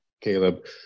Caleb